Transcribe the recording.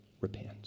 repent